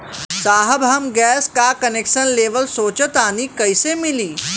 साहब हम गैस का कनेक्सन लेवल सोंचतानी कइसे मिली?